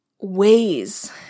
ways